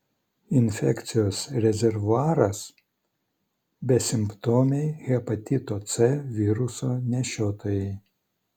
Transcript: infekcijos rezervuaras besimptomiai hepatito c viruso nešiotojai